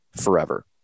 forever